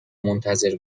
منتظر